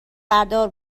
بردار